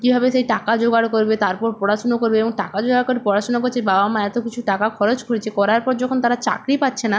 কীভাবে সেই টাকা জোগাড় করবে তারপর পড়াশুনো করবে এবং টাকা জোগাড় করে পড়াশোনা করছে বাবা মা এত কিছু টাকা খরচ করেছে করার পর যখন তারা চাকরি পাচ্ছে না